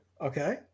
Okay